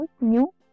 new